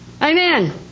Amen